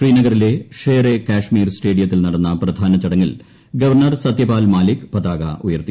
ശ്രീനഗറിലെ ഷേർ എ കശ്മീർ സ്റ്റേഡിയത്തിൽ നടന്ന പ്രധാന ചടങ്ങിൽ ഗവർണ്ണർ സത്യപാൽ മാലിക് പതാക ഉയർത്തി